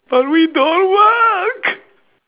for me don't work